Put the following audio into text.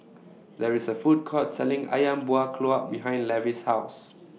There IS A Food Court Selling Ayam Buah Keluak behind Levy's House